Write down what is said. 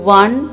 one